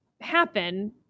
happen